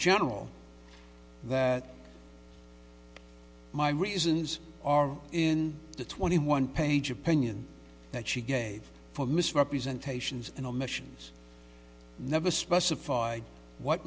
general that my reasons are in the twenty one page opinion that she gave for misrepresentations and omissions never specified what